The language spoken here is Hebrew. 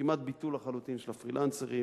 כמעט ביטול לחלוטין של הפרילנסרים,